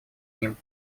ним